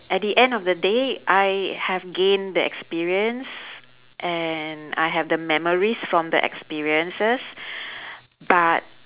at the end of the day I have gained the experience and I have the memories from the experiences but